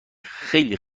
خیلی